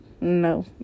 No